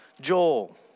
Joel